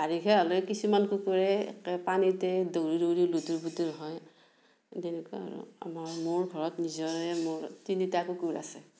বাৰিষা হ'লে কিছুমান কুকুৰে পানীতে দৌৰি দৌৰি লুটুৰ পুটুৰ হয় তেনেকুৱা আৰু আমাৰ মোৰ ঘৰত নিজৰে মোৰ তিনিটা কুকুৰ আছে